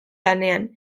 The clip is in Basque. lanean